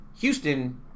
Houston